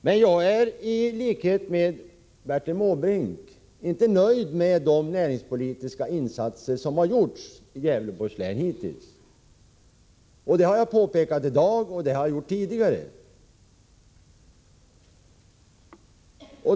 Men i likhet med Bertil Måbrink är jag inte nöjd med de näringspolitiska insatser som har gjorts i Gävleborgs län hittills. Det har jag påpekat både i dag och tidigare.